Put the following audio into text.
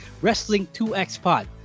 Wrestling2XPod